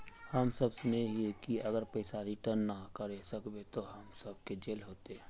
हम सब सुनैय हिये की अगर पैसा रिटर्न ना करे सकबे तो हम सब के जेल होते?